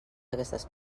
aquestes